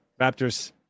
raptors